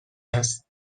است